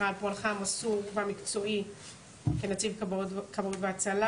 על פועלך המסור והמקצועי כנציב כבאות והצלה,